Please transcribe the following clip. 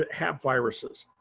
ah have viruses.